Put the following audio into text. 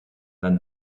than